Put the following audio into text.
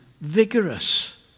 vigorous